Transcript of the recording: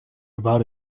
about